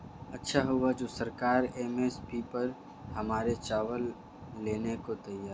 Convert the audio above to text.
अच्छा हुआ जो सरकार एम.एस.पी पर हमारे चावल लेने को तैयार है